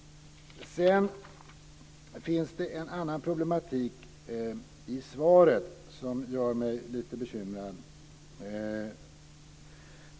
Det finns en annan problematik i svaret som gör mig lite bekymrad.